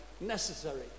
necessary